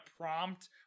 prompt